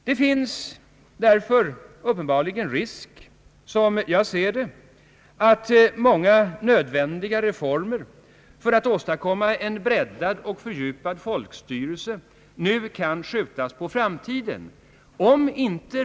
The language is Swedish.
Det finns därför uppenbarligen en risk, att många nödvändiga reformer för att åstadkomma en breddad och fördjupad folkstyrelse nu skjutes på framtiden.